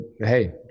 hey